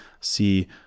see